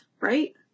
right